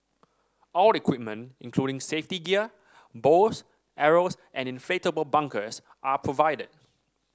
all equipment including safety gear bows arrows and inflatable bunkers are provided